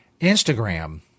Instagram